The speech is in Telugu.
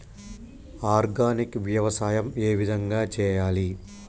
ఆర్గానిక్ వ్యవసాయం ఏ విధంగా చేయాలి?